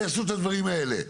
ויעשו את הדברים האלה.